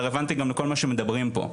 זה רלוונטי גם לכל מה שמדברים פה.